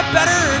better